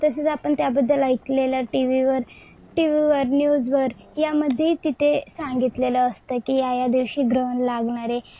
तसेच आपण त्याबद्दल ऐकलेलं टी व्हीवर टी व्हीवर न्यूजवर त्यामध्ये तिथे सांगितलेलं असतं की ह्या ह्या दिवशी ग्रहण लागणारे